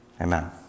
Amen